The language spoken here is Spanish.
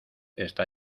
está